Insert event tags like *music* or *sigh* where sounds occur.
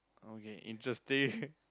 okay interesting *laughs*